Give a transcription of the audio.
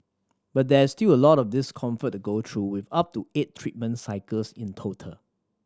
but there is still a lot of discomfort to go through with up to eight treatment cycles in total